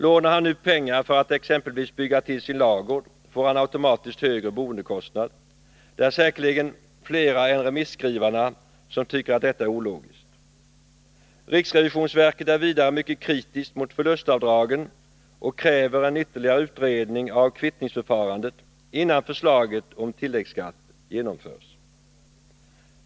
Lånar han nu pengar för att exempelvis bygga till sin ladugård, får han automatiskt högre boendekostnad. Det är säkerligen flera än remisskrivarna som tycker att detta är ologiskt. Riksrevisionsverket är vidare mycket kritiskt mot förlustavdragen och kräver en ytterligare utredning av kvittningsförfarandet innan förslaget om tilläggsskatt genomförs.